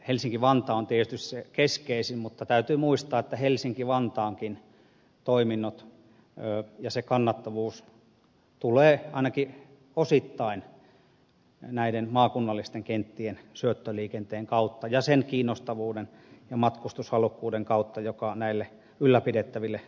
helsinki vantaa on tietysti se keskeisin mutta täytyy muistaa että helsinki vantaankin toiminnan kannattavuus tulee ainakin osittain näiden maakunnallisten kenttien syöttöliikenteen kautta ja sen kiinnostavuuden ja matkustushalukkuuden kautta joka näille ylläpidettäville maakuntakentille tulee